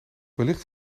wellicht